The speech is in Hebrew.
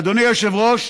אדוני היושב-ראש,